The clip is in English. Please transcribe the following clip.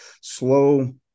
slow